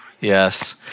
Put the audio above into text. Yes